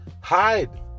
hide